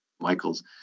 Michael's